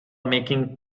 making